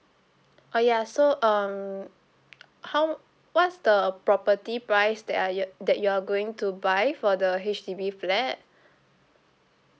oh ya so um how what's the property price that are you that you are going to buy for the H_D_B flat